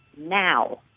now